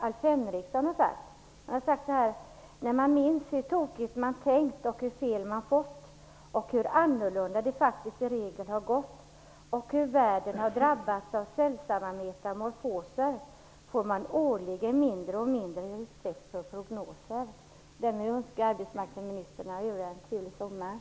Alf Henrikson har sagt: När man minns hur tokigt man tänkt och hur fel man fått och hur annorlunda det faktiskt i regel har gått och hur världen har drabbats av sällsamma metamorfoser, får man årligen mindre och mindre respekt för prognoser Därmed önskar jag arbetsmarknadsministern och övriga en trevlig sommar.